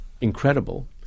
incredible